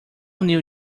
new